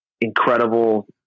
incredible